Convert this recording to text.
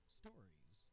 stories